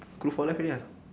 crew for life already ah